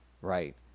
right